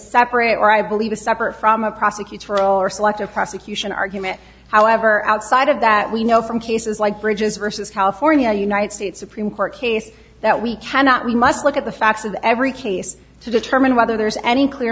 separate or i believe a separate from a prosecutorial or selective prosecution argument however outside of that we know from cases like bridges versus california united states supreme court case that we cannot we might look at the facts of every case to determine whether there's any clear